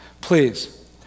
please